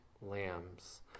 lambs